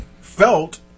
felt